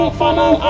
follow